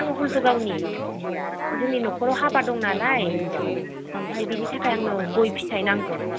आङो हल्टुगावनि जोंनि न'खराव हाबा दं नालाय ओमफ्राय बिनि थाखाय आंनो गय फिथाइ नांगौ